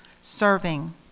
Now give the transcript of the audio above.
Serving